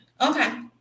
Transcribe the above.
Okay